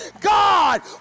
God